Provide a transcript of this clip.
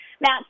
Matt